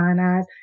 eyes